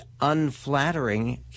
unflattering